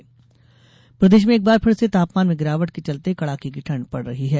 मौसम प्रदेश में एक बार फिर से तापमान में गिरावट के चलते कड़ाके की ठंड पड़ रही है